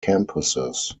campuses